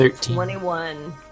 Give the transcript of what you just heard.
Twenty-one